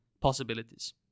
possibilities